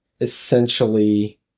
essentially